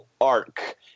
arc